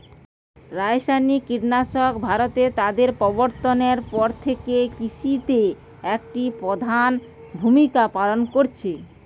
রাসায়নিক কীটনাশক ভারতে তাদের প্রবর্তনের পর থেকে কৃষিতে একটি প্রধান ভূমিকা পালন করেছে